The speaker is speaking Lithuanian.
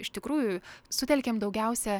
iš tikrųjų sutelkėm daugiausia